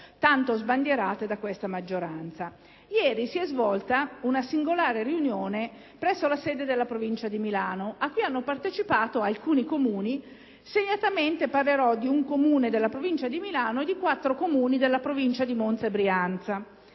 tanto sbandierate da questa maggioranza. Ieri si è svolta una singolare riunione presso la sede della Provincia di Milano a cui hanno partecipato alcuni Comuni; segnatamente parlerò di un Comune della provincia di Milano e di quattro della provincia di Monza e Brianza.